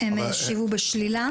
הם השיבו בשלילה.